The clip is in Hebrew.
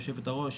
גברתי היושבת-ראש,